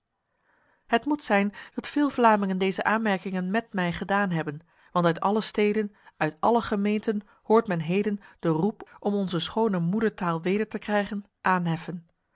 het moet zijn dat veel vlamingen deze aanmerkingen met mij gedaan hebben want uit alle steden uit alle gemeenten hoort men heden de roep om onze schone moedertaal weder te krijgen